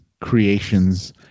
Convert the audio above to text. creations